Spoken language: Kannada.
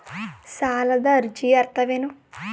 ಸಾಲದ ಅರ್ಜಿಯ ಅರ್ಥವೇನು?